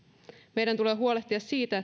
meidän tulee huolehtia siitä